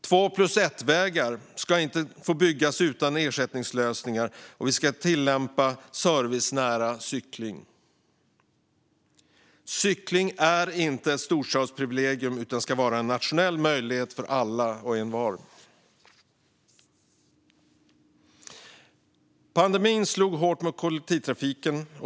Två-plus-ett-vägar ska inte få byggas utan ersättningslösningar, och vi ska tillskapa servicenära cykling. Cykling är inte ett storstadsprivilegium utan ska vara en nationell möjlighet för alla och envar. Pandemin slog hårt mot kollektivtrafiken.